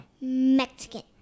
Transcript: Mexican